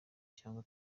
cyangwa